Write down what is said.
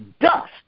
dust